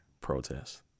protests